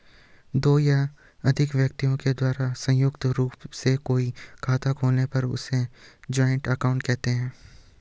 दो या अधिक व्यक्ति के द्वारा संयुक्त रूप से कोई खाता खोलने पर उसे जॉइंट अकाउंट कहते हैं